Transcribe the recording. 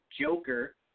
Joker